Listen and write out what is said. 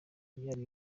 byari